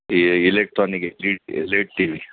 E electronic LED T we